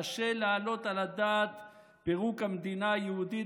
קשה להעלות על הדעת פירוק המדינה היהודית